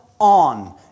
on